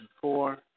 four